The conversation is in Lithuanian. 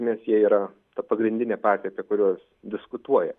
iš esmės jie yra ta pagrindinė partija apie kuriuos diskutuoja